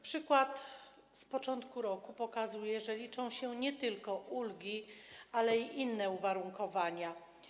Przykład z początku roku pokazuje, że liczą się nie tylko ulgi, ale też inne uwarunkowania.